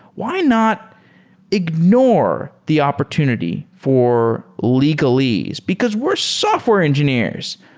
why not ignore the opportunity for legalese, because we're software engineers.